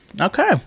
Okay